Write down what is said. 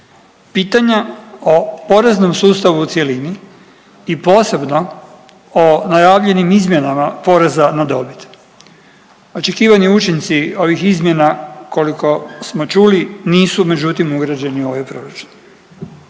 pitanja o poreznom sustavu u cjelini i posebno o najavljenim izmjenama poreza na dobit. Očekivani učinci ovih izmjena koliko smo čuli nisu međutim ugrađeni u ovaj proračun.